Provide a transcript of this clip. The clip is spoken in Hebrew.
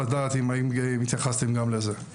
בתמיכות אם לקחנו תמיכה ממוצעת לאולם אז זה בערך